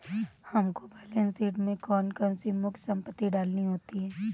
हमको balance sheet में कौन कौन सी मुख्य संपत्ति डालनी होती है?